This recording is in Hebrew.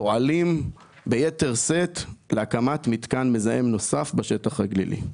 פועלים ביתר שאת להקמת מתקן מזהם נוסף בשטח הגלילי.